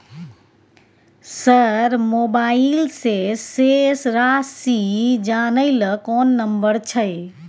Sir mobile से शेस राशि जानय ल कोन नंबर छै?